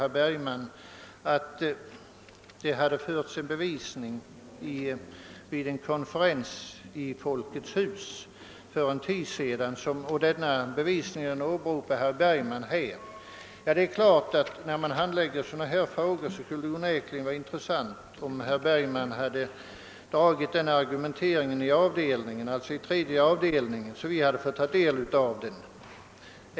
Herr Bergman sade vidare att det vid en konferens i Folkets hus för en tid sedan hade presterats bevisning, och denna åberopade han nu här i kammaren. Det är klart att det vid handläggningen av de här frågorna hade varit intressant, om herr Bergman dragit argumenteringen i statsutskottets tredje avdelning så att ledamöterna fått ta del av den.